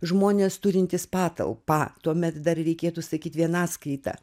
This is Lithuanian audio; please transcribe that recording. žmonės turintys patalpą tuomet dar reikėtų sakyt vienaskaita